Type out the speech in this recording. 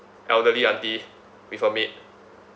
elderly auntie with her maid